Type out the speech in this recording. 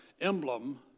emblem